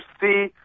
see